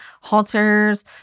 halters